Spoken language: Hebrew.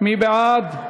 מי בעד?